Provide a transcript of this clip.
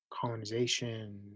colonization